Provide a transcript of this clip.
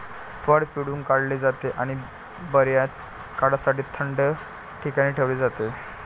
फळ पिळून काढले जाते आणि बर्याच काळासाठी थंड ठिकाणी ठेवले जाते